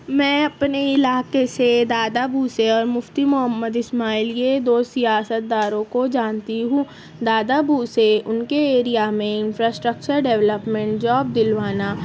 میں اپنے علاقے سے دادا بھوسے اور مفتی محمد اسماعیل یہ دو سیاست دانوں کو جانتی ہوں دادا بھوسے ان کے ایریا میں انفراسٹرکچر ڈیولپمنٹ جاب دلوانا